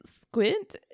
squint